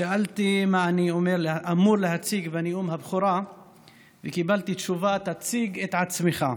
שאלתי מה אני אמור להציג בנאום הבכורה וקיבלתי תשובה: תציג את עצמך.